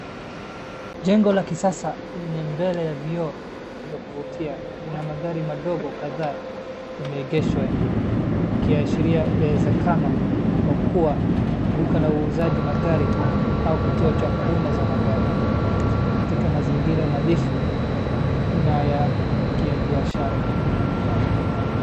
Jengo la kisasa lenye mbele ya vioo vya kuvutia, lina magari madogo kadhaa yameegeshwa nje, ikiashiria uwezekano wa kuwa, duka la uuzaji magari au kituo cha huduma za magari. Katika mazingira nadhifu na ya kibiashara.